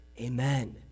amen